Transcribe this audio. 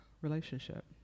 relationship